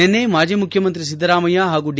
ನಿನ್ನೆ ಮಾಜಿ ಮುಖ್ಯಮಂತ್ರಿ ಸಿದ್ದರಾಮಯ್ಯ ಹಾಗೂ ಡಿ